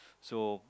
so